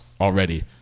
already